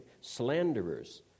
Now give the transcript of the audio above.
slanderers